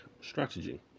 strategy